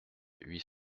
huit